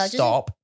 stop